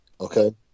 Okay